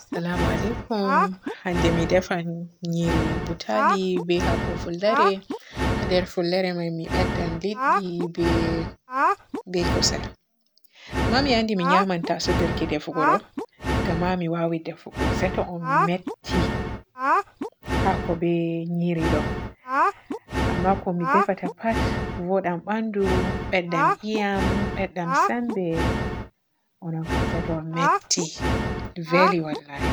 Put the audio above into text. Salama alikum, hande mi defan nyiri butali be haako fullere. Ha nder fullere man mi beddan liddi be-be kusel, Amma mi anndi mi nyaman taso nderke defugo ɗo, gama mi waawi defugo, se to on metti haako be nyiri ɗo. Amma ko mi defata pat vodan bandu, beddan eeyam, beddan semba. O non kam se to on metti veli wallahi.